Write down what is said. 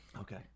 Okay